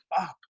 up